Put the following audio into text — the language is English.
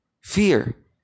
fear